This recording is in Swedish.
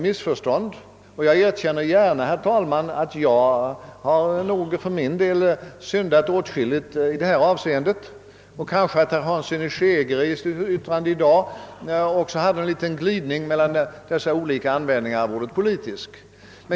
Jag erkänner gärna, herr talman, att jag nog tidigare har syndat åtskilligt i detta avseende; kanske herr Hanssons i Skegrie yttrande i dag också hade någon liten glidning mellan dessa olika användningar av ordet politisk.